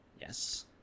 Yes